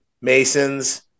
Masons